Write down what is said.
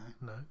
no